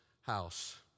house